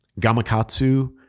gamakatsu